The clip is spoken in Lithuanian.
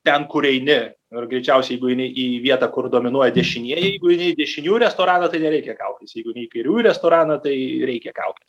ten kur eini ir greičiausiai jeigu eini į vietą kur dominuoja dešinieji jeigu eini į dešiniųjų restoraną tai nereikia kaukės jeigu eini į kairiųjų restoraną tai reikia kaukės